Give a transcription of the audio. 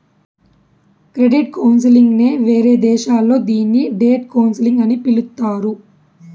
credit counselling నే వేరే దేశాల్లో దీన్ని డెట్ కౌన్సిలింగ్ అని పిలుత్తారు